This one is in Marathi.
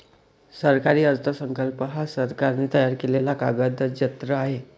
सरकारी अर्थसंकल्प हा सरकारने तयार केलेला कागदजत्र आहे